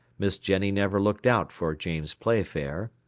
miss jenny never looked out for james playfair,